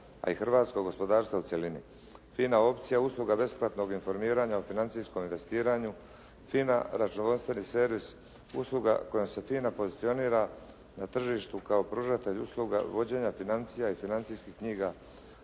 a i hrvatskog gospodarstva u cjelini. FINA opcija usluga besplatnog informiranja o financijskom investiranju, FINA računovodstveni servis, usluga kojom se FINA pozicionira na tržištu kao pružatelj usluga, vođenja financija i financijskih knjiga,